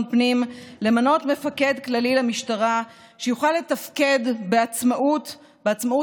פנים למנות מפקד כללי למשטרה שיוכל לתפקד בעצמאות,